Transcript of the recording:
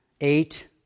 eight